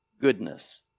goodness